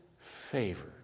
favor